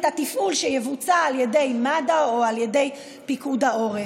התפעול שיבוצע על ידי מד"א או על ידי פיקוד העורף.